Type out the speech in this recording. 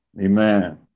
Amen